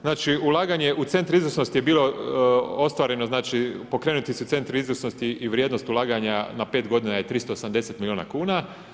Znači ulaganje u centre izvrsnosti je bilo ostvareno, znači pokrenuti su centri izvrsnosti i vrijednost ulaganja na 5 godina je 380 milijuna kuna.